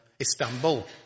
Istanbul